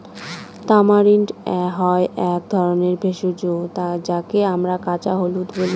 tamarind হয় এক ধরনের ভেষজ যাকে আমরা কাঁচা হলুদ বলি